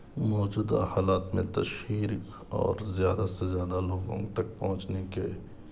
موجودہ حالات میں تشہیر اور زیادہ سے زیادہ لوگوں تک پہنچنے کے